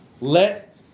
Let